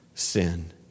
Sin